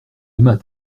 aimas